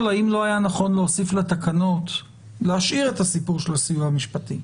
האם לא היה נכון להשאיר את הסיפור של הסיוע המשפטי,